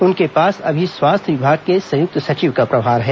उनके पास अभी स्वास्थ्य विभाग के संयुक्त सचिव का प्रभार है